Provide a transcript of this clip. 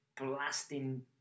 blasting